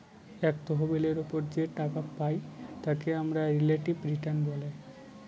এক তহবিলের ওপর যে টাকা পাই তাকে আমরা রিলেটিভ রিটার্ন বলে